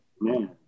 Man